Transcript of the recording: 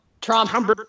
Trump